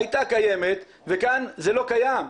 הייתה קיימת וכאן זה לא קיים.